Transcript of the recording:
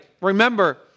Remember